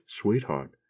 sweetheart